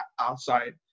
outside